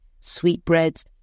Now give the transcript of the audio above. sweetbreads